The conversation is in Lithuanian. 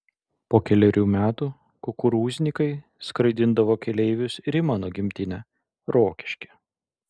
po kelerių metų kukurūznikai skraidindavo keleivius ir į mano gimtinę rokiškį